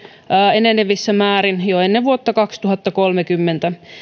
enenevässä määrin jo ennen vuotta kaksituhattakolmekymmentä